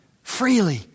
freely